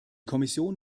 kommission